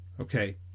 Okay